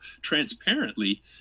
transparently